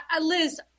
Liz